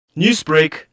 Newsbreak